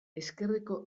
ezkerreko